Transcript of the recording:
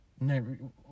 No